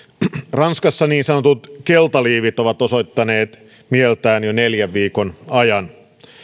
ranskassa niin sanotut keltaliivit ovat osoittaneet mieltään jo neljän viikon ajan